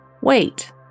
Wait